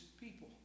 people